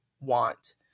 want